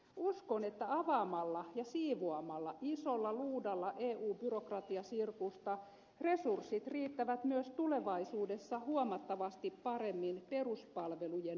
uskon että avaamalla ja siivoamalla isolla luudalla eu byrokratiasirkusta resurssit riittävät myös tulevaisuudessa huomattavasti paremmin peruspalvelujen säilyttämiseen